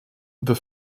the